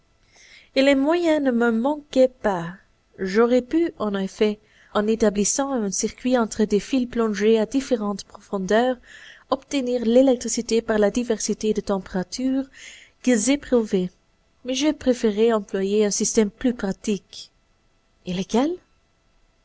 et les moyens ne me manquaient pas j'aurais pu en effet en établissant un circuit entre des fils plongés à différentes profondeurs obtenir l'électricité par la diversité de températures qu'ils éprouvaient mais j'ai préféré employer un système plus pratique et lequel